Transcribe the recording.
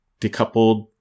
decoupled